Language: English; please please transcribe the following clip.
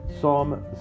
Psalm